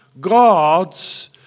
God's